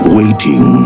waiting